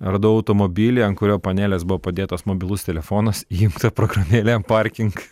radau automobilį ant kurio panelės buvo padėtas mobilus telefonas įjungta programėlė parking